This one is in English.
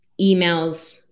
emails